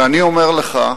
ואני אומר לך,